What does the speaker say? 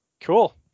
Cool